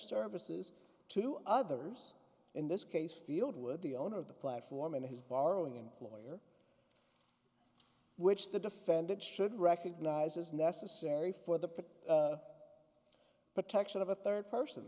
services to others in this case filled with the owner of the platform in his borrowing employ which the defendant should recognize as necessary for the protection of a third person